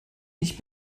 ich